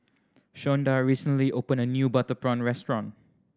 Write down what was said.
Shonda recently opened a new butter prawn restaurant